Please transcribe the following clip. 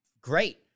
great